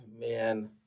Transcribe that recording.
Man